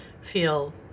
feel